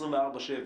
24/7,